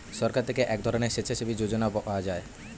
সরকার থেকে এক ধরনের স্বেচ্ছাসেবী যোজনা পাওয়া যায়